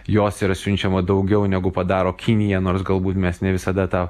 jos yra siunčiama daugiau negu padaro kinija nors galbūt mes ne visada tą